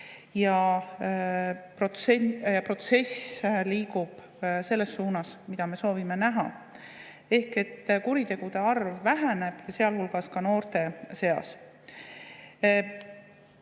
ja protsess liigub selles suunas, mida me soovime näha: kuritegude arv väheneb, sealhulgas ka noorte seas.